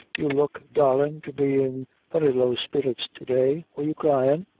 you look, darlin', to be in very low spirits to-day. were you cryin'?